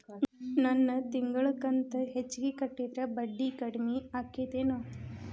ನನ್ ತಿಂಗಳ ಕಂತ ಹೆಚ್ಚಿಗೆ ಕಟ್ಟಿದ್ರ ಬಡ್ಡಿ ಕಡಿಮಿ ಆಕ್ಕೆತೇನು?